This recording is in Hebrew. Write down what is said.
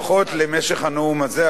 לפחות למשך הנאום הזה,